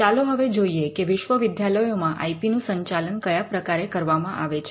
ચાલો હવે જોઈએ કે વિશ્વવિદ્યાલયોમાં આઇ પી નું સંચાલન કયા પ્રકારે કરવામાં આવે છે